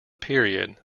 period